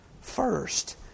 first